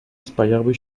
spajały